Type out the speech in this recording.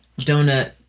Donut